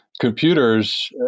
computers